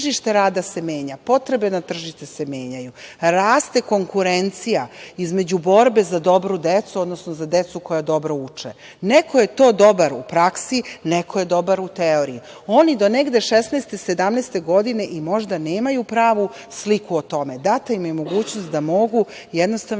rada se menja, potrebe na tržištu se menjaju, raste konkurencija između borbe za dobru decu, odnosno za decu koja dobro uče. Neko je dobar u praksi, neko je dobar u teoriji. Oni negde do 16, 17 godine možda i nemaju pravu sliku o tome. Data im je mogućnost da mogu neke svoje